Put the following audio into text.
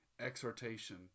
exhortation